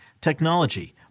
technology